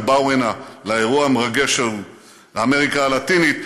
באו הנה לאירוע המרגש של אמריקה הלטינית.